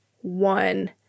one